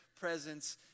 presence